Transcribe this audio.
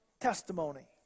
testimony